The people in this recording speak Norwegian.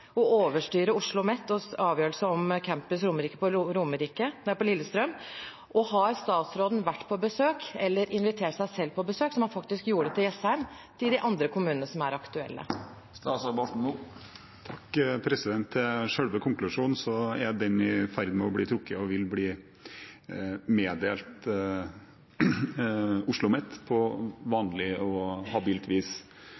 overstyre Oslomets avgjørelse om campus Romerike på Lillestrøm, og har statsråden vært på besøk i – eller invitert seg selv på besøk til, som han faktisk gjorde [presidenten klubber] til Jessheim – de andre kommunene som er aktuelle? Når det gjelder selve konklusjonen, er den i ferd med å bli trukket og vil bli meddelt Oslomet på